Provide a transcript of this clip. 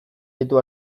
ditu